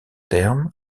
terme